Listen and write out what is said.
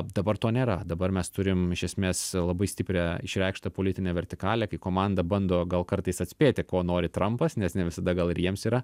dabar to nėra dabar mes turim iš esmės labai stiprią išreikštą politinę vertikalę kai komanda bando gal kartais atspėti ko nori trampas nes ne visada gal ir jiems yra